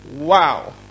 Wow